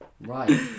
right